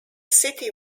city